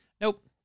Nope